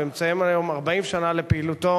ומציין היום 40 שנה לפעילותו